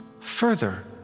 Further